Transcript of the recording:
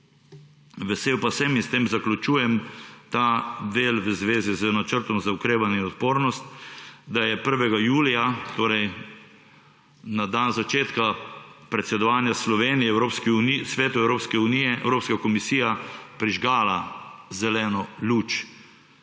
vesel pa sem, in s tem zaključujem ta del v zvezi z načrtom za okrevanje in odpornost, da je 1. julija, torej na dan začetka predsedovanja Slovenije Svetu Evropske unije, Evropska komisija prižgala zelena luč